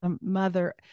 Mother